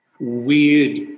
weird